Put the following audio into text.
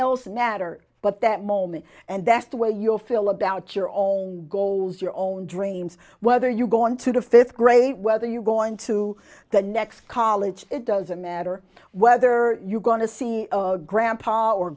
else natter but that moment and that's the way you feel about your own goals your own dreams whether you go on to the fifth grade whether you go into the next college it doesn't matter whether you're going to see a grandpa or